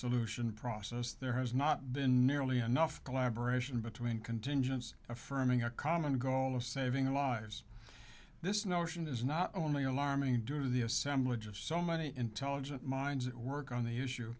solution process there has not been nearly enough collaboration between contingents affirming a common goal of saving lives this notion is not only alarming to the assemblage of so many intelligent minds that work on the issue